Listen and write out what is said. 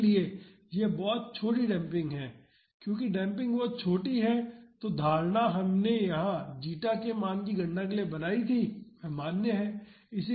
इसलिए यह बहुत छोटा डेम्पिंग है क्योंकि डेम्पिंग बहुत छोटा है जो धारणा हमने यहां जीटा की गणना के लिए बनाई थी वह मान्य है